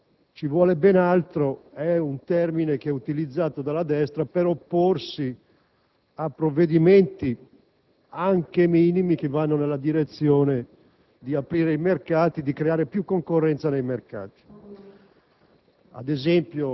ora ci vuole ben altro, è un'espressione utilizzata dalla destra, per opporsi a provvedimenti, anche minimi, che vanno nella direzione di aprire i mercati, di creare più concorrenza nei mercati.